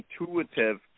intuitive